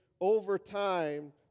overtime